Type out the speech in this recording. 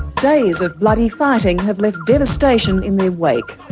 days of bloody fighting have left devastation in their wake.